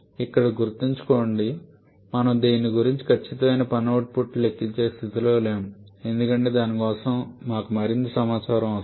ఇక్కడ గుర్తుంచుకోండి మనము దీని నుండి ఖచ్చితమైన పని అవుట్పుట్ను లెక్కించే స్థితిలో లేము ఎందుకంటే దాని కోసం మాకు మరింత సమాచారం అవసరం